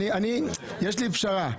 יש לי פשרה.